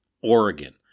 Oregon